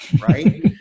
right